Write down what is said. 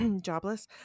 jobless